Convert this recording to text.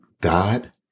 god